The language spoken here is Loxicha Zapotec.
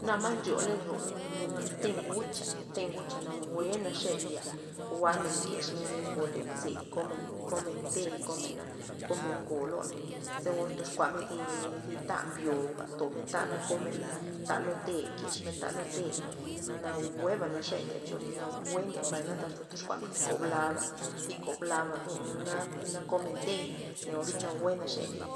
Na mas ndryo lozon am te' ngucha, te ngucha nawue naxe ndya jwa'men kex men thi ngo len ze' komen- komen te' komena komen ngo loney za or toxkuamen thi- thi ta mbyoba tob men ta na komen ta lo te' kex men ta lo te' nawueba naxe ndye cho nawue ndye mbay na ze toxkuamen thi kob laba thi kob laba na- na komen te'y neo xe naxe ndye